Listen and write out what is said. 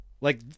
Like-